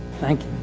thank